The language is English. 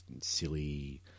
silly